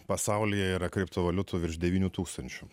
pasaulyje yra kriptovaliutų virš devynių tūkstančių